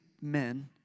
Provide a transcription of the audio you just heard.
men